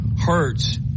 Hurts